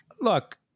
look